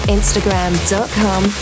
Instagram.com